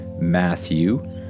Matthew